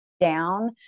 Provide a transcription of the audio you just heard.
down